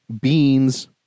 beans